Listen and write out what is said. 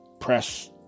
press